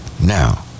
Now